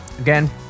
Again